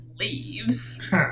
leaves